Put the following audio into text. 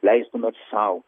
leistumėt sau